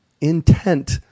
intent